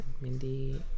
Mindy